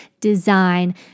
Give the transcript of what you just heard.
design